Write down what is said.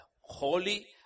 Holy